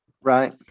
right